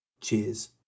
Cheers